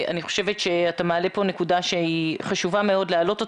אני חושבת שאתה מעלה פה נקודה שחשוב מאוד להעלות אותה.